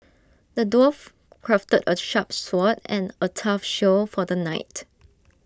the dwarf crafted A sharp sword and A tough shield for the knight